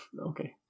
Okay